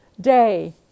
day